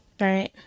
Right